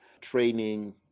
training